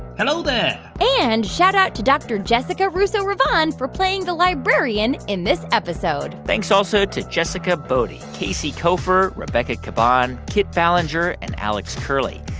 hello there and shoutout to dr. jessica russo revand for playing the librarian in this episode thanks also to jessica boddy, casey koeffer, rebecca caban, kit ballenger and alex curley.